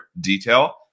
detail